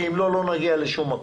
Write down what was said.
כי אם לא, לא נגיע לשום מקום.